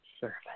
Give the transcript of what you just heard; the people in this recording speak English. Servant